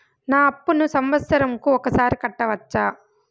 నా అప్పును సంవత్సరంకు ఒకసారి కట్టవచ్చా?